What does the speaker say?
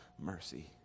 mercy